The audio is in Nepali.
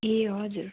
ए हजुर